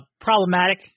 problematic